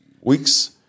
weeks